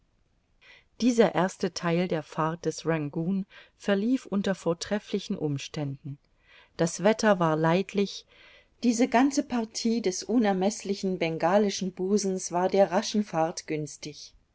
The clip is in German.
dieser erste theil der fahrt des rangoon verlief unter vortrefflichen umständen das wetter war leidlich diese ganze partie des unermeßlichen bengalischen busens war der raschen fahrt günstig